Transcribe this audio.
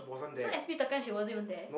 so s_p tekan she wasn't even there